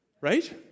right